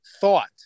thought